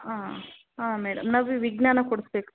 ಆಂ ಆಂ ಮೇಡಮ್ ನಾ ವಿ ವಿಜ್ಞಾನ ಕೊಡ್ಸ್ಬೇಕು